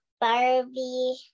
Barbie